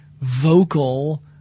vocal